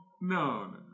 no